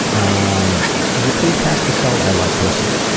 um would you please pass the salt? i like pussy.